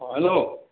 অঁ হেল্ল'